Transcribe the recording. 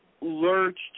lurched